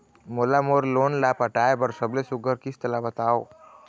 मोला मोर लोन ला पटाए बर सबले सुघ्घर किस्त ला बताव?